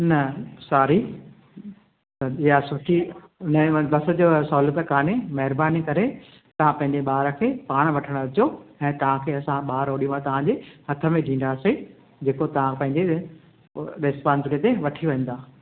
न सॉरी या सुठी न न बस जो सहूलियत कान्हे महिरबानी करे तव्हां पंहिंजे ॿार खे पाण वठणु अचिजो ऐं तव्हां खे असां ॿारु होॾीमहिल तव्हां जी हथ में ॾींदासीं जेको तव्हां पंहिंजे रिस्पोंस्बिलिटी ते वठी वेंदा